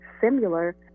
similar